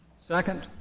Second